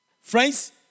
Friends